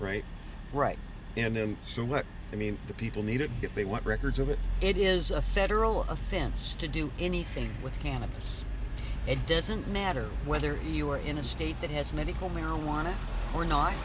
right right you know what i mean the people need it if they want records of it it is a federal offense to do anything with cannabis it doesn't matter whether you are in a state it has medical marijuana or not